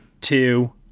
two